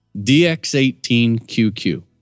DX18QQ